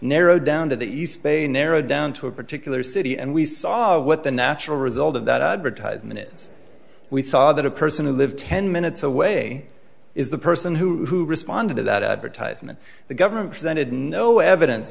narrowed down to the east bay narrowed down to a particular city and we saw what the natural result of that advertise minutes we saw that a person who lived ten minutes away is the person who responded to that advertisement the government presented no evidence